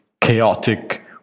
chaotic